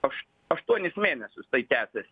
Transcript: aš aštuonis mėnesius tai tęsias